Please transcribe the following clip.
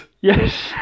Yes